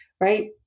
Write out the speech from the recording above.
Right